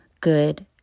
good